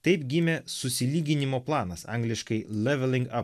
taip gimė susilyginimo planas angliškai leveling ap